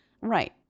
Right